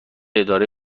اداره